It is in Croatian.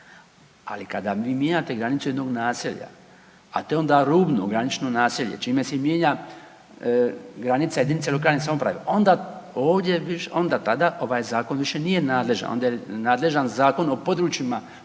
Ali, kada mijenjate granicu jednog naselja, a to je onda rubno, granično naselje, čime se i mijenja granica jedinice lokalne samouprave, onda ovdje, onda tada ovaj Zakon više nije nadležan, onda je nadležan Zakon o područjima